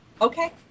Okay